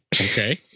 Okay